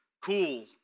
cool